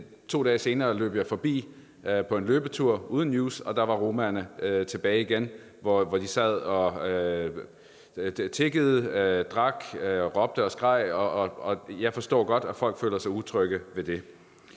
2 dage senere løb jeg forbi på en løbetur uden News, og der var romaerne tilbage igen, hvor de sad og tiggede, drak, råbte og skreg, og jeg forstår godt, at folk føler sig utrygge ved det.